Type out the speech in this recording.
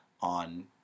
on